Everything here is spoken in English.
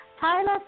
Tyler